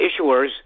issuers